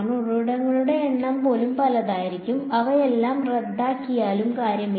ഉറവിടങ്ങളുടെ എണ്ണം പോലും പലതായിരിക്കാം അവയെല്ലാം റദ്ദാക്കിയാലും കാര്യമില്ല